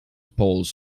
poles